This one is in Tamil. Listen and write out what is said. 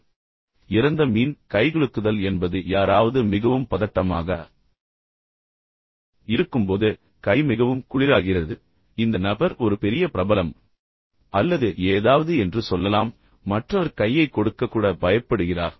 எனவே இறந்த மீன் கைகுலுக்குதல் என்பது யாராவது மிகவும் பதட்டமாக இருக்கும்போது கை மிகவும் குளிராகிறது மற்றவர் கையைக் கொடுக்கிறார் ஆனால் இந்த நபர் ஒரு பெரிய பிரபலம் அல்லது ஏதாவது என்று சொல்லலாம் மற்றவர் கையைக் கொடுக்க கூட பயப்படுகிறார்